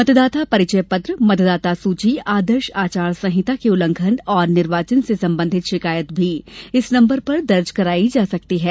मतदाता परिचय पत्र मतदाता सूची आदर्श आचार संहिता के उल्लंघन और निर्वाचन से संबंधित शिकायत भी इस नंबर पर दर्ज करायी जा सकती है